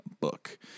Book